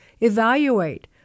evaluate